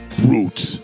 brute